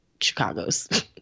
Chicago's